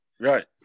Right